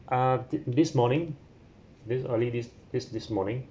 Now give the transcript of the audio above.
uh this this morning this early this this this morning